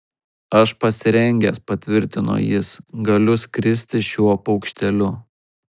aš pasirengęs patvirtino jis galiu skristi šiuo paukšteliu